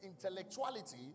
intellectuality